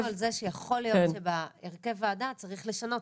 דיברנו על זה שיכול להיות שאת הרכב הוועדה צריך לשנות,